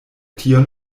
tion